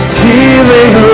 healing